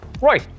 Roy